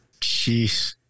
Jeez